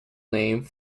named